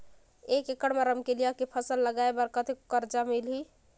एक एकड़ मा रमकेलिया के फसल लगाय बार कतेक कर्जा मिलही?